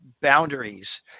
boundaries